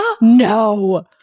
No